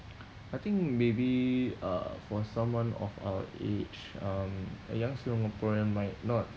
I think maybe uh for someone of our age um a young singaporean might not